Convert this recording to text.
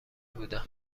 بودم